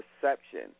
perception